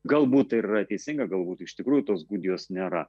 galbūt tai ir yra teisinga galbūt iš tikrųjų tos gudijos nėra